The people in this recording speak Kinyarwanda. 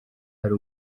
ari